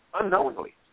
unknowingly